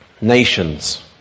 nations